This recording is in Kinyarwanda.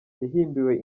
yahimbiwe